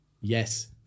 Yes